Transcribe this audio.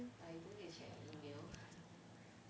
like you don't need check your email